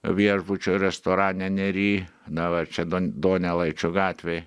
viešbučio restorane nery na va čia donelaičio gatvėj